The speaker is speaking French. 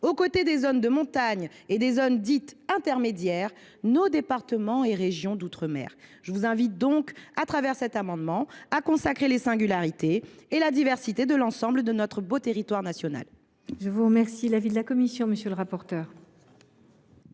aux côtés des zones de montagne et des zones dites « intermédiaires », nos départements et régions d’outre mer. Je vous invite donc, au travers de cet amendement, à consacrer les singularités et la diversité de l’ensemble de notre beau territoire national. Quel est l’avis de la commission ? Cet